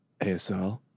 ASL